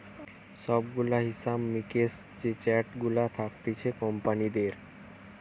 সব গুলা হিসাব মিক্সের যে চার্ট গুলা থাকতিছে কোম্পানিদের